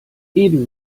eben